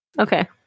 Okay